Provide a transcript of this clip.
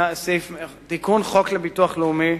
תיקון חוק הביטוח הלאומי,